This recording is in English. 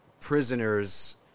prisoner's